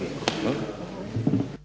Hvala